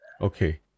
Okay